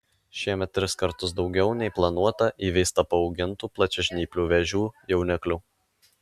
šiemet tris kartus daugiau nei planuota įveista paaugintų plačiažnyplių vėžių jauniklių